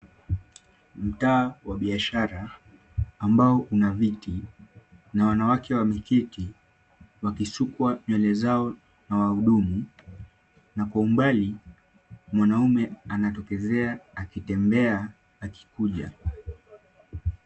Mtaa wa biashara, ambao una viti na wanawake wameketi, wakisukwa nywele zao na wahudumu na kwa umbali mwanaume anatokezea akitembea akikuja.